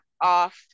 off